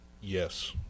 Yes